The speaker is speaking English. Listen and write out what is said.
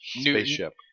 Spaceship